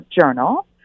journal